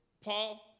Paul